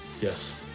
Yes